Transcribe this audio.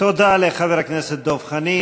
תודה לחבר הכנסת דב חנין.